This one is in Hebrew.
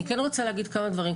אני כן רוצה להגיד כמה דברים,